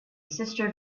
sister